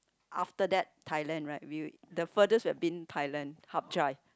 after that Thailand right we the furthest we have been Thailand Hap-Chai